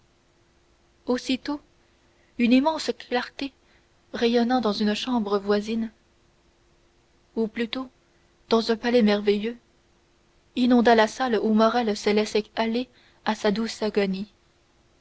aussitôt une immense clarté rayonnant dans une chambre voisine ou plutôt dans un palais merveilleux inonda la salle où morrel se laissait aller à sa douce agonie